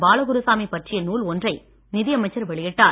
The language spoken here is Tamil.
பாலகுருசாமி பற்றிய நூல் ஒன்றை நிதியமைச்சர் வெளியிட்டார்